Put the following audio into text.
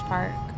Park